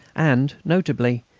and, notably,